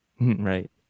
right